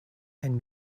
and